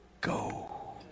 go